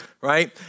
right